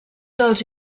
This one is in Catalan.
dels